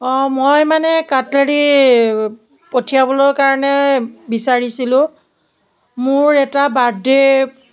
অঁ মই মানে কাটলেৰি পঠিয়াবলৈ কাৰণে বিচাৰিছিলোঁ মোৰ এটা বাৰ্থডে